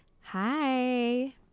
Hi